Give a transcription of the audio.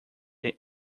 than